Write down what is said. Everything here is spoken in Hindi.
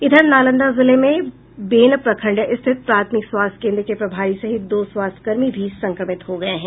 इधर नालंदा जिले में बेन प्रखंड स्थित प्राथमिक स्वास्थ्य केन्द्र के प्रभारी सहित दो स्वास्थ्य कर्मी भी संक्रमित हो गये हैं